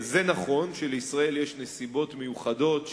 זה נכון שלישראל יש נסיבות מיוחדות,